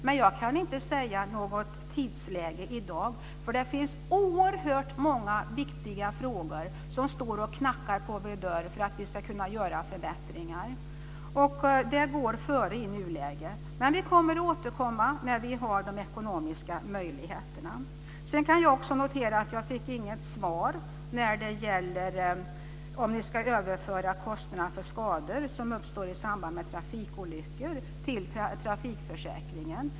Jag kan dock inte ange ett tidsmässigt läge i dag eftersom oerhört många viktiga frågor så att säga knackar på vår dörr när det gäller att göra förbättringar. I nuläget går det före men vi återkommer, som sagt, när vi har de ekonomiska möjligheterna. Jag fick inget svar på frågan om ni ska överföra kostnader för skador som uppstår i samband med trafikolyckor till trafikförsäkringen.